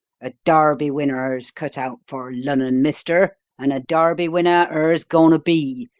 a derby winner her's cut out for, lunnon mister, and a derby winner her's goin' to be,